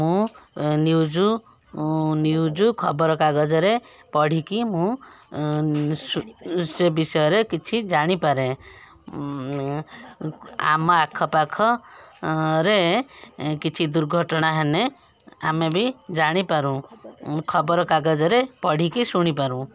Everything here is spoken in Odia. ମୁଁ ନ୍ଯୁଜୁ ନ୍ଯୁଜୁ ଖବରକାଗଜରେ ପଢ଼ିକି ମୁଁ ସେ ବିଷୟରେ କିଛି ଜାଣିପାରେ ଆମ ଆଖ ପାଖ ରେ କିଛି ଦୁର୍ଘଟଣା ହେନେ ଆମେ ବି ଜାଣିପାରୁଁ ଖବରକାଗଜରେ ପଢ଼ିକି ଶୁଣିପାରୁଁ